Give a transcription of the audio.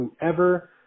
whoever